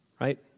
Right